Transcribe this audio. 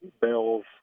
bells